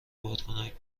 بادکنک